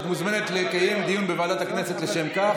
מוזמנת לקיים דיון בוועדת הכנסת לשם כך.